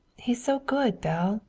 he's so good, belle.